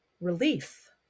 relief